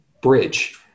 bridge